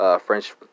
French